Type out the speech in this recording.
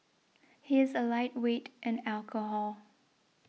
he is a lightweight in alcohol